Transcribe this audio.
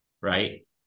right